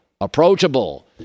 approachable